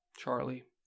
Charlie